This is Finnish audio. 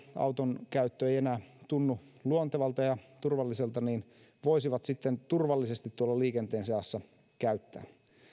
auton käyttö tieliikennenopeudella ei enää tunnu luontevalta ja turvalliselta voisivat turvallisesti tuolla liikenteen seassa käyttää